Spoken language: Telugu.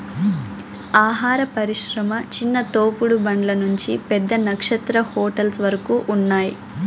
ఆహార పరిశ్రమ చిన్న తోపుడు బండ్ల నుంచి పెద్ద నక్షత్ర హోటల్స్ వరకు ఉన్నాయ్